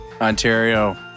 Ontario